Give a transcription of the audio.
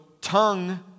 tongue